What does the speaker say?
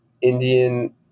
Indian